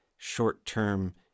short-term